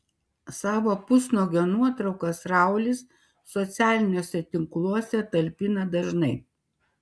savo pusnuogio nuotraukas raulis socialiniuose tinkluose talpina dažnai